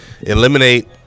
eliminate